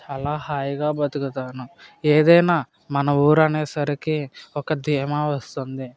చాలా హాయిగా బతుకుతాను ఏదైనా మన ఊరు అనేసరికి ఒక ధీమా వస్తుంది